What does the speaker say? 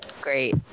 Great